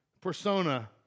persona